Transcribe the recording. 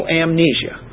amnesia